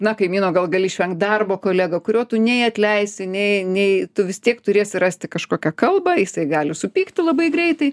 na kaimyno gal gali išvengt darbo kolega kurio tu nei atleisi nei nei tu vis tiek turėsi rasti kažkokią kalbą jisai gali supykti labai greitai